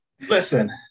Listen